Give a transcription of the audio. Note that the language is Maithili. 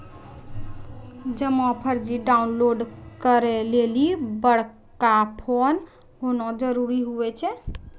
जमा पर्ची डाउनलोड करे लेली बड़का फोन होना जरूरी हुवै छै